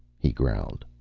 he growled.